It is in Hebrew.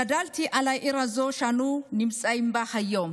גדלתי על העיר הזו, שאנו נמצאים בה היום.